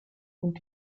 und